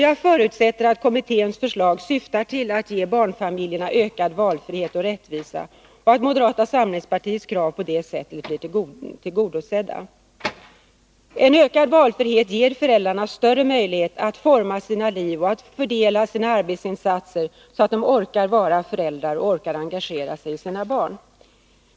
Jag förutsätter att kommitténs förslag syftar till att ge barnfamiljerna ökad valfrihet och rättvisa och att moderata samlingspartiets krav på det sättet blir tillgodosedda. En ökad valfrihet ger föräldrarna större möjligheter att forma sina liv och fördela sina arbetsinsatser så, att de orkar vara föräldrar och engagera sig i sina barn.